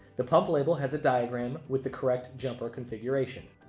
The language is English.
the pump label has a diagram with the correct jumper configuration.